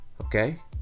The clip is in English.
Okay